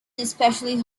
especially